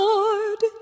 Lord